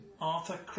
Arthur